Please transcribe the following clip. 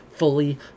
fully